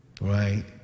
Right